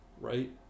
Right